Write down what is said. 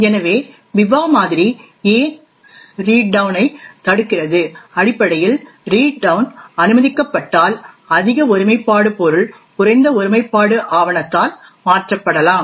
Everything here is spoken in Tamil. எனவே பிபா மாதிரி ஏன் ரீட் டவுன் ஐ தடுக்கிறது அடிப்படையில் ரீட் டவுன் அனுமதிக்கப்பட்டால் அதிக ஒருமைப்பாடு பொருள் குறைந்த ஒருமைப்பாடு ஆவணத்தால் மாற்றப்படலாம்